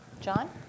John